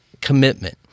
commitment